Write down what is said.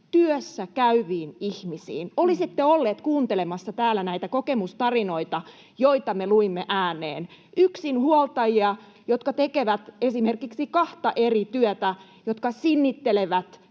työssä käyviin ihmisiin. Olisitte olleet kuuntelemassa täällä näitä kokemustarinoita, joita me luimme ääneen — yksinhuoltajia, jotka esimerkiksi tekevät kahta eri työtä ja jotka sinnittelevät